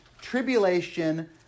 tribulation